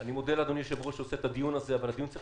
אני מודה לאדוני היושב-ראש שעורך את הדיון הזה אבל הדיון צריך